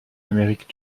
amérique